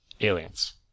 aliens